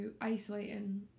isolating